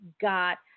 got